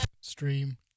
Stream